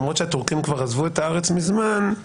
למרות שהתורכים כבר עזבו את הארץ כבר מזמן,